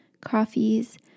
coffees